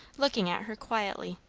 looking at her quietly.